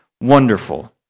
Wonderful